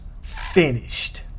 finished